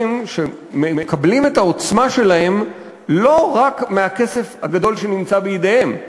שמקבלים את העוצמה שלהם לא רק מהכסף הגדול שנמצא בידיהם,